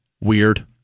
weird